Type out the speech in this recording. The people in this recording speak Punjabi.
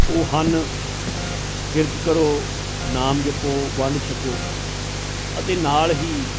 ਉਹ ਹਨ ਕਿਰਤ ਕਰੋ ਨਾਮ ਜਪੋ ਵੰਡ ਛਕੋ ਅਤੇ ਨਾਲ ਹੀ